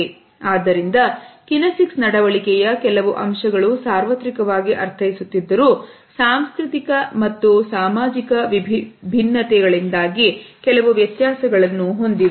ಆದ್ದರಿಂದ ಕಿನೆಸಿಕ್ಸ್ ನಡವಳಿಕೆಯ ಕೆಲವು ಅಂಶಗಳು ಸಾರ್ವತ್ರಿಕವಾಗಿ ಅರ್ಥೈಸುತ್ತಿದ್ದರು ಸಾಂಸ್ಕೃತಿಕ ಮತ್ತು ಸಾಮಾಜಿಕ ಭಿನ್ನತೆ ಗಳಿಂದಾಗಿ ಕೆಲವು ವ್ಯತ್ಯಾಸಗಳನ್ನು ಹೊಂದಿವೆ